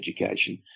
education